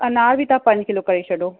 अनार बि तव्हां पंज किलो करे छॾियो